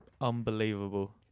unbelievable